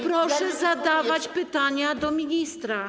Proszę zadawać pytania do ministra.